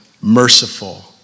merciful